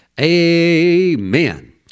Amen